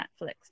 Netflix